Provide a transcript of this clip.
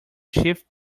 shift